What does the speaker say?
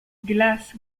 glas